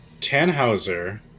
Tannhauser